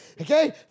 Okay